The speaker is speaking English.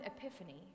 epiphany